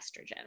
estrogen